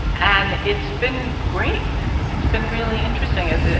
and it's been great. it's been really interesting and